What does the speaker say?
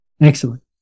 Excellent